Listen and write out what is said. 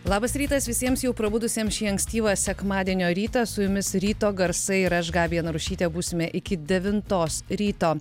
labas rytas visiems jau prabudusiems šį ankstyvą sekmadienio rytą su jumis ryto garsai ir aš gabija narušytė būsime iki devintos ryto